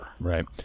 Right